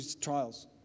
trials